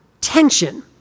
tension